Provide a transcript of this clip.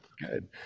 good